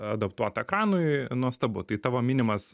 adaptuota ekranui nuostabu tai tavo minimas